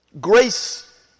Grace